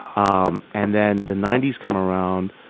um and then the ninety s come around,